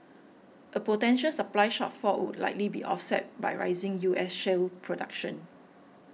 a potential supply shortfall would likely be offset by rising U S shale production